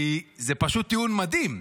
כי זה פשוט טיעון מדהים.